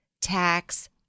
tax